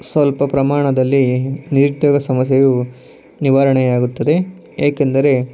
ಸ್ವಲ್ಪ ಪ್ರಮಾಣದಲ್ಲಿ ನಿರುದ್ಯೋಗ ಸಮಸ್ಯೆಯು ನಿವಾರಣೆಯಾಗುತ್ತದೆ ಏಕೆಂದರೆ